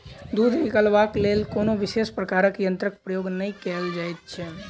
दूध निकालबाक लेल कोनो विशेष प्रकारक यंत्रक प्रयोग नै कयल जाइत छै